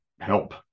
help